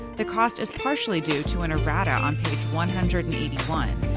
the cost is partially due to an errata on page one hundred and eighty one,